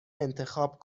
انتخاب